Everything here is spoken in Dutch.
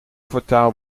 kwartaal